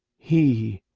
he,